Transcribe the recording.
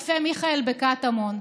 קפה מיכאל בקטמון.